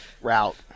route